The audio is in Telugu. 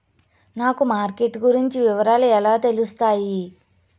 నాకు మార్కెట్ గురించి వివరాలు ఎలా తెలుస్తాయి?